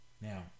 Now